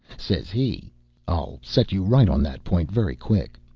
says he i'll set you right on that point very quick.